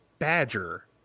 Badger